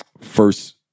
first